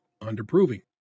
underproving